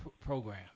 program